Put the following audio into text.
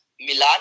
Milan